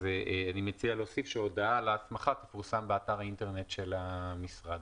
אז אני מציע להוסיף שהודעה על ההסמכה תפורסם באתר האינטרנט של המשרד.